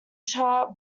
chart